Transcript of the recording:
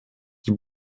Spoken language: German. die